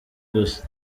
gusa